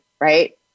right